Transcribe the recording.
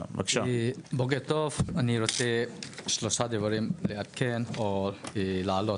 בוקר טוב, אני רוצה שלושה דברים לעדכן או להעלות.